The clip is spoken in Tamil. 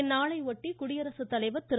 இந்நாளையொட்டி குடியரசுத் தலைவர் திரு